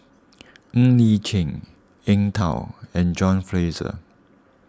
Ng Li Chin Eng Tow and John Fraser